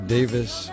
Davis &